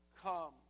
come